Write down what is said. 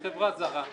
מחברה זרה,